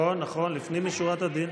ראשון הדוברים,